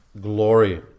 glory